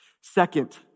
Second